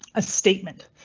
a statement,